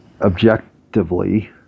objectively